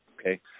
okay